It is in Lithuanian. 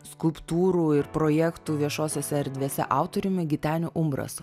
skulptūrų ir projektų viešosiose erdvėse autoriumi giteniu umbrasu